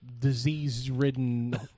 disease-ridden